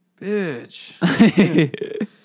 Bitch